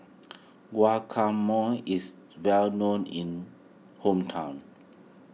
Guacamole is well known in hometown